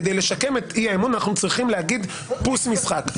כדי לשקם את אי האמון אנחנו צריכים להגיד פוס משחק.